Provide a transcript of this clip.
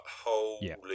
holy